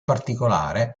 particolare